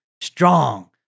strong